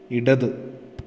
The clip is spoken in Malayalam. ഇടത്